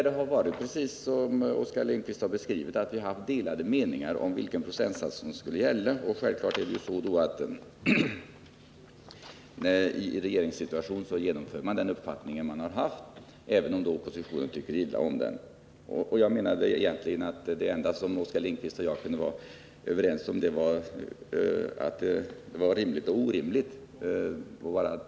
Det är alltså precis som Oskar Lindkvist beskriver det, att vi haft delade meningar om vilken procentsats som skulle gälla. I regeringsställning beslutar man självfallet i enlighet med den uppfattning man har, även om oppositionen tycker illa om den. Det enda som Oskar Lindkvist och jag kan vara överens om är att vi tyckte olika.